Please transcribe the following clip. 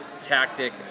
tactic